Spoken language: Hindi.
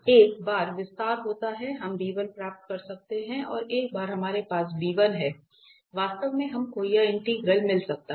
एक बार विस्तार होता है हम प्राप्त कर सकते हैं और एक बार हमारे पास है वास्तव में हम को यह इंटीग्रल मिल सकता है